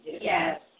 yes